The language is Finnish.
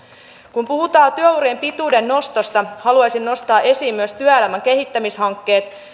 kun puhutaan työurien pituuden nostosta haluaisin nostaa esiin myös työelämän kehittämishankkeet